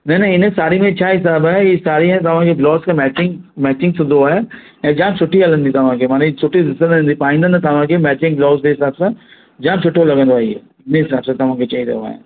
न न हिन साड़ी में छा आहे सभु आहे ई साड़ीअ में तव्हांखे ब्लाउज़ खे मैचिंग मैचिंग सूंधो आहे ऐं जाम सुठी हलंदी तव्हांखे पाणेई सुठी ॾिसणु ईंदी पाईंंदा न तव्हांखे मैचिंग ब्लाउज़ जे हिसाबु सां जाम सुठो लॻंदो आहे इहा उन जे हिसाबु सां तव्हांखे चई रहियो आहियां